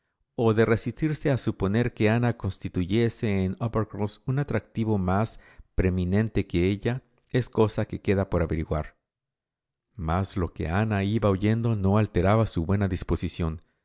o de resistirse a suponer que ana constituyese en uppercross un atractivo más preeminente que ella es cosa que queda por averiguar mas lo que ana iba oyendo no alteraba su buena disposición